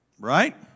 right